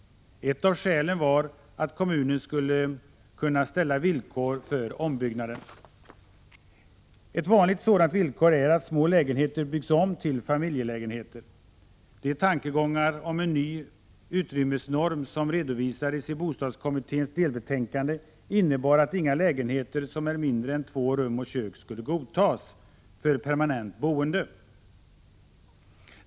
Ett av skälen var att kommunen skulle kunna ställa villkor för ombyggnaden. Ett vanligt sådant villkor är att små lägenheter byggs om till familjelägenheter. De tankegångar om en ny utrymmesnorm som redovisades i bostadskommitténs delbetänkande innebar att inga lägenheter som är mindre än två rum och kök skulle godtas för permanent boende.